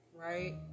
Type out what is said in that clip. Right